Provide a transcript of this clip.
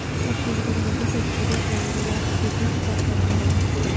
छत्तीसगड मध्ये शेतकरी जंगलात शेतीच करतात भाऊ